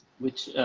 which, ah,